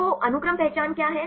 तो अनुक्रम पहचान क्या है